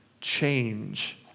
change